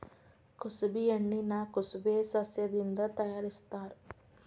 ಕುಸಬಿ ಎಣ್ಣಿನಾ ಕುಸಬೆ ಸಸ್ಯದಿಂದ ತಯಾರಿಸತ್ತಾರ